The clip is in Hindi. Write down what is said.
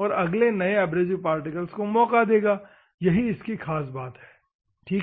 और अगले नए एब्रेसिव पार्टिकल्स को मौका देगा यही इसकी ख़ास बात है ठीक है